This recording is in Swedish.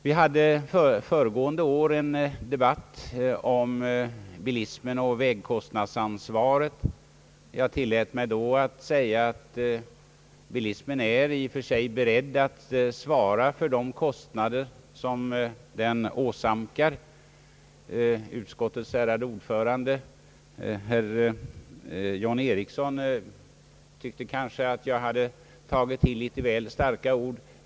Vi hade föregående år en debatt om bilismen och vägkostnadsansvaret. Jag tillät mig då att säga att bilismen i och för sig är beredd att svara för de kostnader som den åsamkar. Utskottets ärade ordförande, herr John Ericsson, tyckte kanske att jag hade tagit till litet väl starka ord.